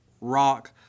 rock